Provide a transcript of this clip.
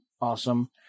awesome